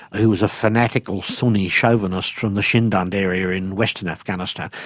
who was a fanatical sunni chauvinist from the shindand area in western afghanistan.